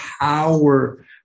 power